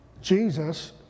Jesus